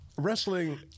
Wrestling